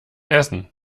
essen